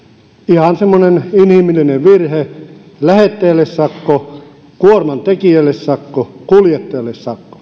ihan semmoinen inhimillinen virhe tuli lähettäjälle sakko kuorman tekijöille sakko kuljettajalle sakko